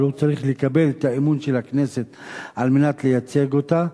אבל הוא צריך לקבל את האמון של הכנסת על מנת לייצג אותה.